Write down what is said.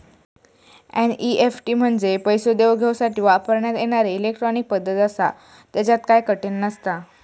NEFT म्हंजे पैसो देवघेवसाठी वापरण्यात येणारी इलेट्रॉनिक पद्धत आसा, त्येच्यात काय कठीण नसता